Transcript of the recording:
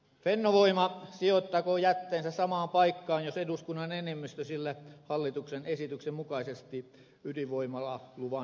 fennovoima sijoittakoon jätteensä samaan paikkaan jos eduskunnan enemmistö sille hallituksen esityksen mukaisesti ydinvoimalaluvan myöntää